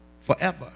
forever